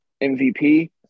MVP –